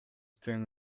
тең